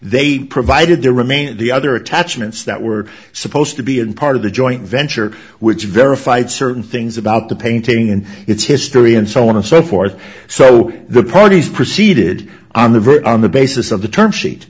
they provided there remain the other attachments that were supposed to be an part of the joint venture which verified certain things about the painting and its history and so on and so forth so the parties proceeded on the verge on the basis of the term sheet